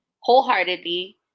wholeheartedly